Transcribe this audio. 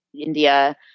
India